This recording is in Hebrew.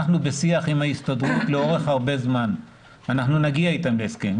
אנחנו בשיח עם ההסתדרות לאורך הרבה זמן ונגיע איתם להסכם,